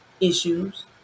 issues